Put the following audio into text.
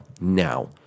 now